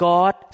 God